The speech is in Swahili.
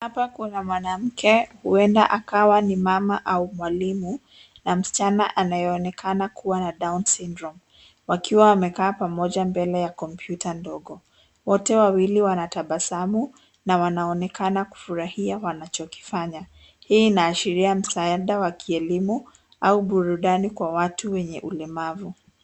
Hapa kuna mwanamke huenda akawa ni mama au mwalimu na msichana anayeonekana kuwa na Down syndrome . Wakiwa wamekaa pamoja mbele ya kompyuta ndogo. Wote wawili wanatabasamu na wanaonekana kufurahia wanachokifanya. Hii inaashiria msaada wa kielimu au burudani kwa watu wenye ulemavu.